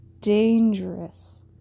dangerous